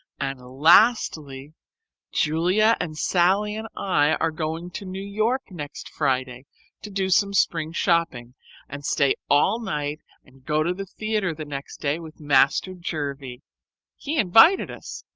and lastly julia and sallie and i are going to new york next friday to do some spring shopping and stay all night and go to the theatre the next day with master jervie he invited us.